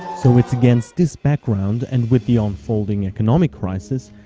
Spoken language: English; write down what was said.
so it's against this background, and with the unfolding economic crisis,